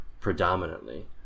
predominantly